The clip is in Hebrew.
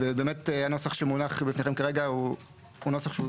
ובאמת הנוסח שמונח בפניכם עכשיו הוא נוסח שהוא